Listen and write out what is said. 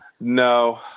No